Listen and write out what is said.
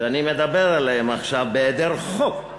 שאני מדבר עליהם עכשיו, בהיעדר חוק,